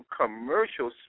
commercial